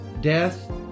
death